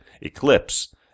Eclipse